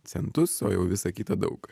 centus o jau visą kitą daug